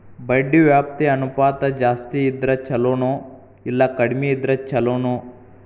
ಬಡ್ಡಿ ವ್ಯಾಪ್ತಿ ಅನುಪಾತ ಜಾಸ್ತಿ ಇದ್ರ ಛಲೊನೊ, ಇಲ್ಲಾ ಕಡ್ಮಿ ಇದ್ರ ಛಲೊನೊ?